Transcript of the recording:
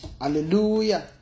Hallelujah